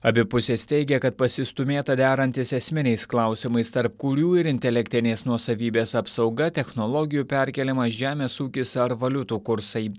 abi pusės teigia kad pasistūmėta derantis esminiais klausimais tarp kurių ir intelektinės nuosavybės apsauga technologijų perkėlimas žemės ūkis ar valiutų kursai